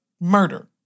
murder